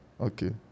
Okay